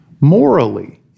Morally